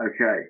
Okay